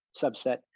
subset